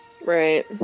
Right